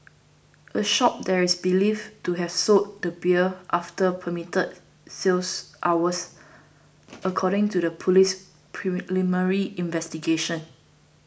a shop there is believed to have sold the beer after permitted sales hours according to the police's preliminary investigations